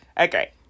okay